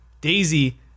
Daisy